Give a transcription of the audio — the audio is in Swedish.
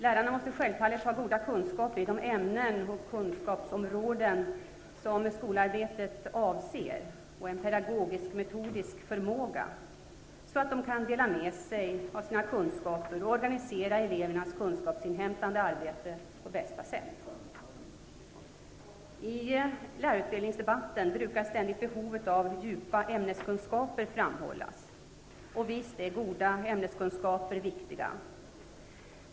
Lärarna måste självfallet ha goda kunskaper i de ämnen eller kunskapsområden som skolarbetet avser och en pedagogisk-metodisk förmåga, så att de kan dela med sig av sina kunskaper och organisera elevernas kunskapsinhämtande arbete på bästa sätt. I lärarutbildningsdebatten brukar ständigt behovet av djupa ämneskunskaper framhållas, och visst är goda ämneskunskaper viktiga.